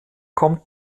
kommt